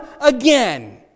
again